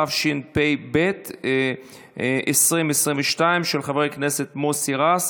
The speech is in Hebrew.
התשפ"ב 2022, של חברי הכנסת מוסי רז,